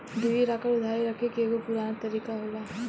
गिरवी राखल उधारी रखे के एगो पुरान तरीका होला